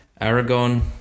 Aragon